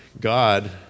God